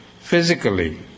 physically